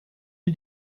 wir